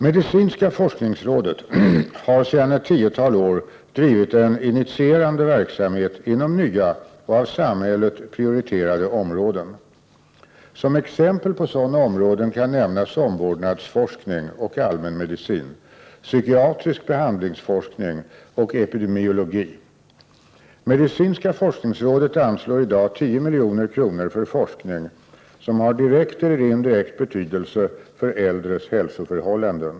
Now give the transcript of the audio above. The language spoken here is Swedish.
Medicinska forskningsrådet har sedan ett tiotal år drivit en initierande verksamhet inom nya och av samhället prioriterade områden. Som exempel på sådana områden kan nämnas omvårdnadsforskning och allmänmedicin, psykiatrisk behandlingsforskning och epidemiologi. Medicinska forskningsrådet anslår i dag 10 milj.kr. för forskning som har direkt eller indirekt betydelse för äldres hälsoförhållanden.